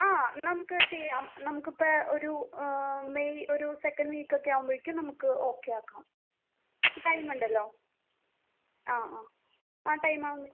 ആ നമുക്ക് ചെയ്യാം നമുക്കിപ്പോൾ ഒരൂ മെയ് ഒരു സെക്കൻഡ് വീക്കൊക്കെ ആവുമ്പഴേക്കും നമുക്ക് ഓക്കെയാക്കാം ടൈമൊണ്ടല്ലോ ആ ആ ആ ടൈമാവുമ്പോഴേക്കും